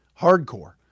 hardcore